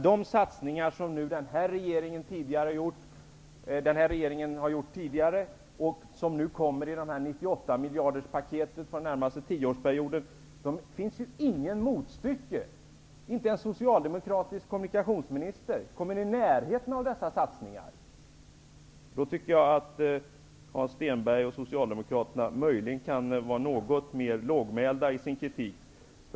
Det finns inget motstycke till de satsningar som den här regeringen tidigare har gjort och som nu kommer i och med 98 Inte ens någon socialdemokratisk kommunikationsminister har kommit i närheten av dessa satsningar. Därför kunde Hans Stenberg och socialdemokraterna möjligen vara något mer lågmälda i sin kritik.